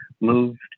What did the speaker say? moved